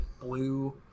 blue